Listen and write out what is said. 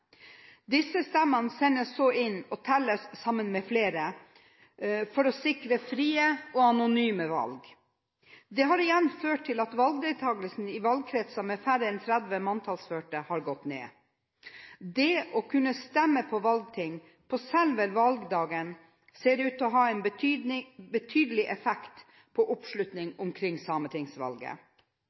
Disse stemmene sendes så inn og telles sammen med flere, for å sikre frie og anonyme valg. Det har igjen ført til at valgdeltakelsen i valgkretser med færre enn 30 manntallsførte har gått ned. Det å kunne stemme ved valgting på selve valgdagen ser ut til å ha en betydelig effekt på oppslutningen omkring sametingsvalget.